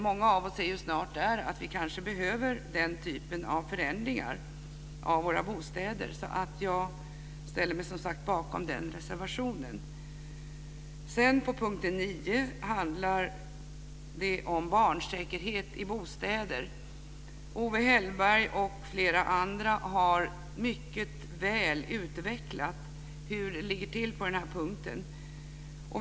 Många av oss är där att vi kanske behöver den typen av förändringar av våra bostäder. Jag ställer mig bakom den reservationen. På punkten 9 handlar det om barnsäkerhet i bostäder. Owe Hellberg och flera andra har mycket väl utvecklat hur det ligger till på den här punkten.